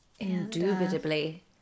Indubitably